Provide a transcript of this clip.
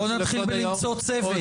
בואו נתחיל בלמצוא צוות.